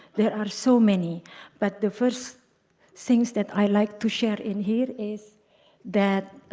there are so many but the first things that i like to share in here is that